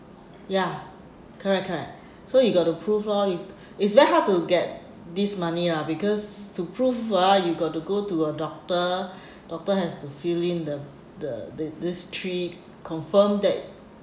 ya correct correct four hundred so you got to prove lor you it's very hard to get this money lah because to prove ah you got to go to a doctor doctor has to fill in the the the these three confirmed that